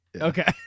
Okay